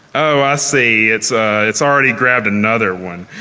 oh, i see. it's it's already grabbed another one.